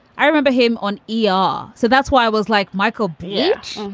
i remember him on e r. so that's why i was like michael bitch,